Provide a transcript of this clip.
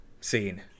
scene